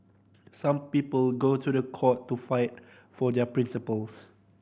some people go to the court to fight for their principles